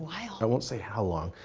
i won't say how long.